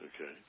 okay